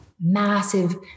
massive